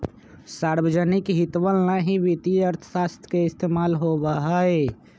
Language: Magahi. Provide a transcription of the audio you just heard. सार्वजनिक हितवन ला ही वित्तीय अर्थशास्त्र के इस्तेमाल होबा हई